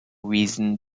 reason